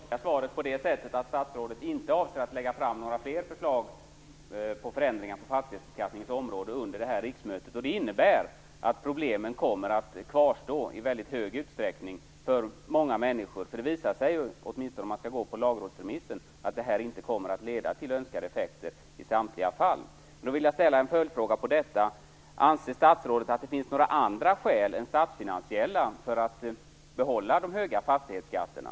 Fru talman! Jag tolkar svaret på det sättet att statsrådet inte avser att lägga fram några fler förslag om förändringar på fastighetsbeskattningens område under det här riksmötet. Det innebär att problemen kommer att kvarstå i väldigt stor utsträckning för många människor. Det visar sig ju, åtminstone om man skall gå efter lagrådsremissen, att detta inte kommer att leda till önskade effekter i samtliga fall. Jag vill ställa en följdfråga till detta. Anser statsrådet att det finns några andra skäl än statsfinansiella för att behålla de höga fastighetsskatterna?